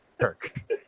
Kirk